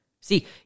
See